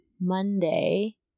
Monday